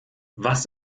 was